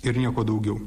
ir nieko daugiau